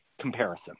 comparison